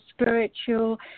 spiritual